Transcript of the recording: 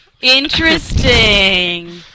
Interesting